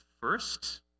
first